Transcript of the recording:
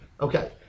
Okay